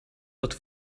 dat